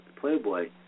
Playboy